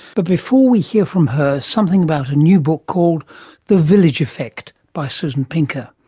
but before we hear from her something about a new book called the village effect by susan pinker.